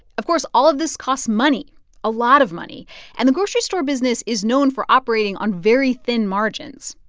of course, all of this costs money a lot of money and the grocery store business is known for operating on very thin margins.